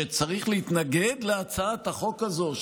ושצריך להתנגד להצעת החוק הזאת,